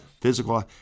physical